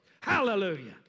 hallelujah